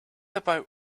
about